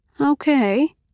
okay